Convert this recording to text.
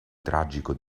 tragico